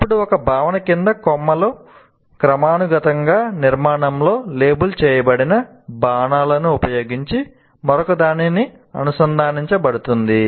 అప్పుడు ఒక భావన క్రిందికి కొమ్మల క్రమానుగత నిర్మాణంలో లేబుల్ చేయబడిన బాణాలను ఉపయోగించి మరొకదానికి అనుసంధానించబడుతుంది